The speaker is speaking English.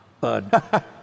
Bud